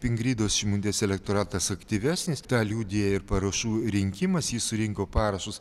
ingridos šimonytės elektoratas aktyvesnis tą liudija ir parašų rinkimas jis surinko parašus